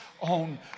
on